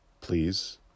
Please